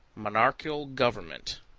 monarchical government,